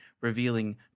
revealing